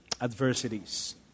adversities